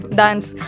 dance